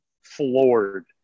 floored